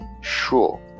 sure